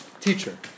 teacher